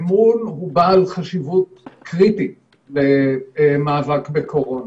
אמון הוא בעל חשיבות קריטית למאבק בקורונה.